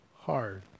hard